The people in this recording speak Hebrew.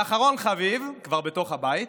ואחרון חביב, הוא כבר בתוך הבית,